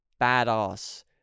badass